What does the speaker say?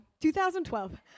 2012